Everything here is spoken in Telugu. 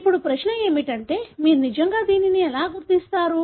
ఇప్పుడు ప్రశ్న ఏమిటంటే మీరు నిజంగా దీనిని ఎలా గుర్తిస్తారు